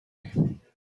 ایم